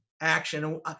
action